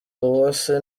uwase